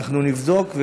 אנחנו נבדוק,